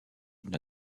une